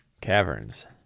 caverns